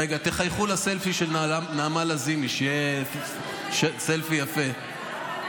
רגע, תחייכו לסלפי של נעמה לזימי, שיהיה סלפי יפה.